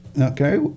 Okay